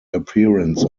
appearance